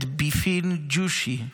את ביפין ג'ושי,